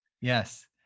Yes